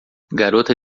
garota